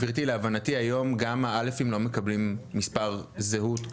גברתי, להבנתי היום, גם הא' לא מקבלים מספר זהות.